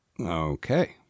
Okay